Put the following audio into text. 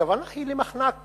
הכוונה היא למחנק